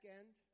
end